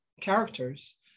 characters